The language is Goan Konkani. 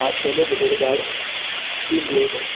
आं छोले भटुरे धाड तीन प्लेट